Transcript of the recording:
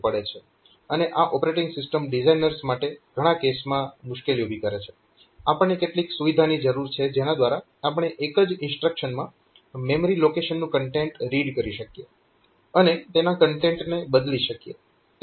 અને આ operating system designers માટે ઘણા કેસમાં મુશ્કેલી ઊભી કરે છે આપણને કેટલીક સુવિધાની જરૂર છે જેના દ્વારા આપણે એક જ ઇન્સ્ટ્રક્શનમાં મેમરી લોકેશનનું કન્ટેન્ટ રીડ કરી શકીએ અને તેના કન્ટેન્ટને બદલી શકીએ